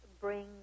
bring